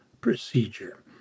procedure